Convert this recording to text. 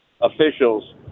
officials